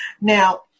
Now